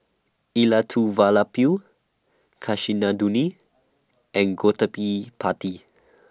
Elattuvalapil Kasinadhuni and Party